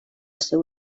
seu